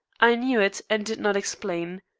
i knew it, and did not explain.